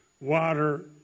water